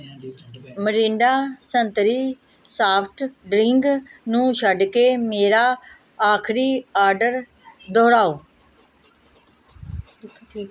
ਮੋਰਿੰਡਾ ਸੰਤਰੀ soft drink ਨੂੰ ਛੱਡ ਕੇ ਮੇਰਾ ਆਖਰੀ ਆਰਡਰ ਦੁਹਰਾਓ